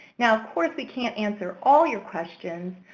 now of course we can't answer all your questions,